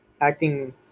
acting